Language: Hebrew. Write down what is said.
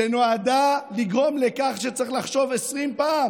שנועדה לגרום לכך שצריך לחשוב 20 פעם